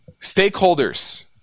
stakeholders